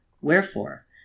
Wherefore